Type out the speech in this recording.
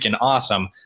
awesome